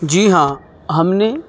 جی ہاں ہم نے